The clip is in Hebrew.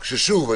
שוב,